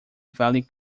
valley